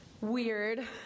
weird